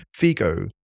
Figo